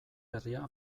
herria